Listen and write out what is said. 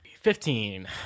Fifteen